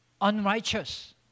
unrighteous